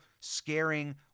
scaring